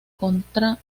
contra